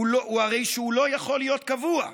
הרי שהוא לא יכול להיות קבוע.